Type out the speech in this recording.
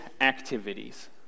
activities